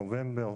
נובמבר